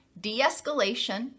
de-escalation